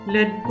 Let